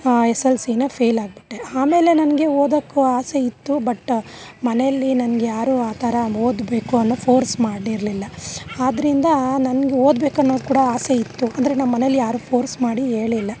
S L C ನ ಫೇಲಾಗಿಬಿಟ್ಟೆ ಆಮೇಲೆ ನನಗೆ ಓದೋಕು ಆಸೆ ಇತ್ತು ಬಟ್ ಮನೆಯಲ್ಲಿ ನನಗ್ಯಾರು ಆ ಥರ ಓದಬೇಕು ಅನ್ನೋ ಫೋರ್ಸ್ ಮಾಡಿರ್ಲಿಲ್ಲ ಆದ್ರಿಂದ ನನಗೆ ಓದ್ಬೇಕನ್ನೋನು ಕೂಡ ಆಸೆ ಇತ್ತು ಅಂದರೆ ನಮ್ಮನೆಯಲ್ಲಿ ಯಾರು ಫೋರ್ಸ್ ಮಾಡಿ ಹೇಳಿಲ್ಲ